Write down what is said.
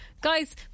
Guys